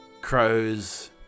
crows